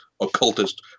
occultist